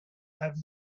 have